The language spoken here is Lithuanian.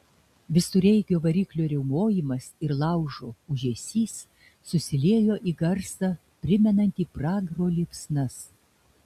visureigio variklio riaumojimas ir laužo ūžesys susiliejo į garsą primenantį pragaro liepsnas